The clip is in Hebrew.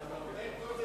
נתחיל